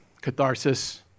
catharsis